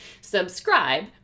Subscribe